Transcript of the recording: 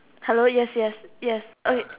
hello yes yes yes okay